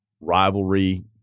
rivalry